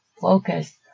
Focus